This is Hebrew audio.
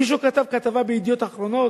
מישהו כתב כתבה ב"ידיעות אחרונות"?